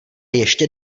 ještě